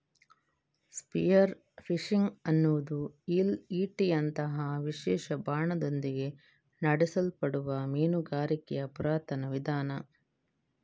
spear fishing ಅನ್ನುದು ಈಲ್ ಈಟಿಯಂತಹ ವಿಶೇಷ ಬಾಣದೊಂದಿಗೆ ನಡೆಸಲ್ಪಡುವ ಮೀನುಗಾರಿಕೆಯ ಪುರಾತನ ವಿಧಾನ